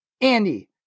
Andy